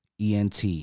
ent